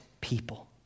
people